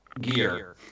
gear